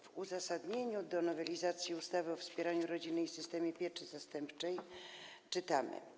W uzasadnieniu nowelizacji ustawy o wspieraniu rodziny i systemie pieczy zastępczej czytamy: